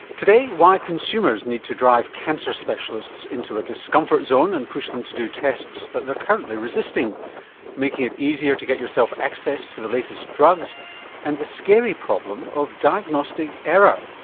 why consumers need to drive cancer specialists into a discomfort zone and push them to do tests that they're currently resisting making it easier to get yourself access to the latest drugs and the scary problem of diagnostic error.